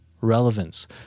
relevance